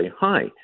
hi